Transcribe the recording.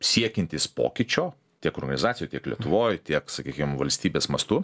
siekiantis pokyčio tiek organizacijoj tiek lietuvoj tiek sakykim valstybės mastu